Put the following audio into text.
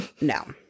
no